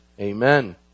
Amen